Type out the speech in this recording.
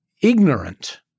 ignorant